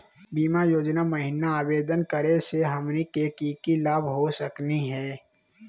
बीमा योजना महिना आवेदन करै स हमनी के की की लाभ हो सकनी हे?